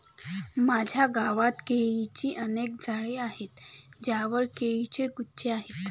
माझ्या गावात केळीची अनेक झाडे आहेत ज्यांवर केळीचे गुच्छ आहेत